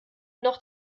noch